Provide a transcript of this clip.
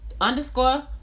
underscore